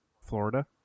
Florida